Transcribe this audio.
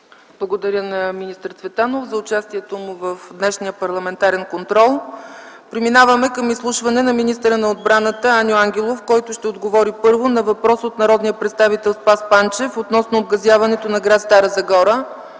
Благодаря на министър Цветанов за участието му в днешния парламентарен контрол. Преминаваме към изслушване на министъра на отбраната Аню Ангелов, който ще отговори първо на въпрос от народния представител Спас Панчев относно обгазяването на гр. Стара Загора.